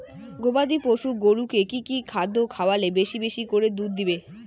গবাদি পশু গরুকে কী কী খাদ্য খাওয়ালে বেশী বেশী করে দুধ দিবে?